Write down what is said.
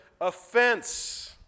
offense